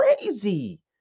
crazy